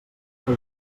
que